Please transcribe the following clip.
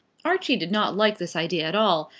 archie did not like this idea at all,